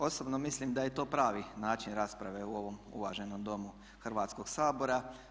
Osobno mislim da je to pravi način rasprave u ovom uvaženom domu Hrvatskog sabora.